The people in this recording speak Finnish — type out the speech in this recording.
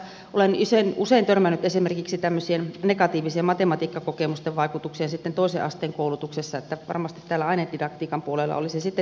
olen usein törmännyt esimerkiksi tämmöisten negatiivisten matematiikkakokemusten vaikutukseen toisen asteen koulutuksessa joten varmasti täällä ainedidaktiikan puolella olisi tekemistä